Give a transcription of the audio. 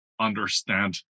understand